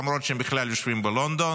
למרות שהם בכלל יושבים בלונדון,